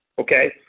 Okay